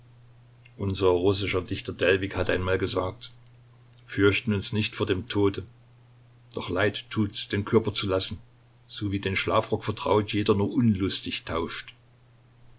unser russischer dichter delwig hat einmal gesagt fürchten uns nicht vor dem tode doch leid tuts den körper zu lassen so wie den schlafrock vertraut jeder nur unlustig tauscht